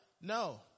No